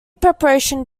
preparation